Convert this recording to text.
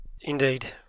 Indeed